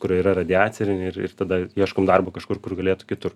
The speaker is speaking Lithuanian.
kur yra radiacija ir ir tada ieškom darbo kažkur kur galėtų kitur